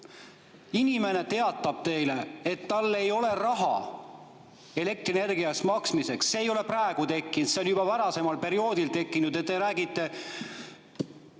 Inimene teatab teile, et tal ei ole raha elektrienergia eest maksmiseks. See [mure] ei ole praegu tekkinud, see on juba varasemal perioodil tekkinud. Te räägite